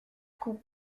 coups